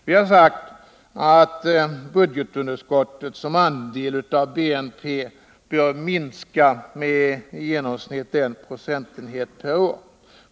Vi har sagt att budgetunderskottets andel av BNP bör minska med i genomsnitt en procentenhet per år.